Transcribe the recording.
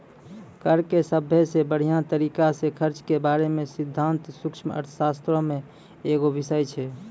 कर के सभ्भे से बढ़िया तरिका से खर्च के बारे मे सिद्धांत सूक्ष्म अर्थशास्त्रो मे एगो बिषय छै